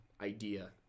idea